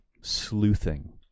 sleuthing